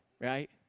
right